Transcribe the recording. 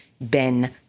ben